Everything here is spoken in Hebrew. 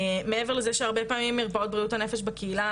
מעבר לזה שהרבה מאוד פעמים מרפאות בריאות הנפש בקהילה,